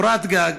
קורת גג.